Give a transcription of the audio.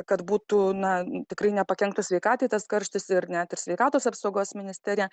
kad būtų na tikrai nepakenktų sveikatai tas karštis ir net ir sveikatos apsaugos ministerija